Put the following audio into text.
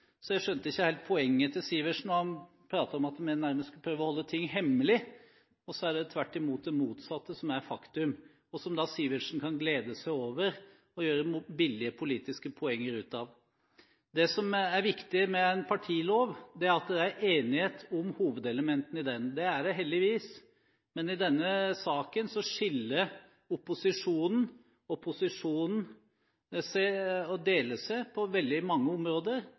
så er det tvert imot det motsatte som er faktum, og som da Sivertsen kan glede seg over og gjøre billige politiske poeng ut av. Det som er viktig med en partilov, er at det er enighet om hovedelementene i den. Det er det heldigvis, men i denne saken skiller opposisjonen og posisjonen seg på veldig mange områder.